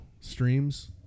streams